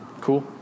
Cool